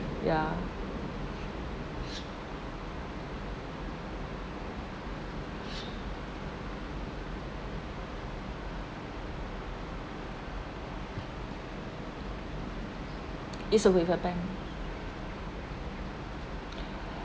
ya it's a waiver bank